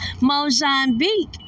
Mozambique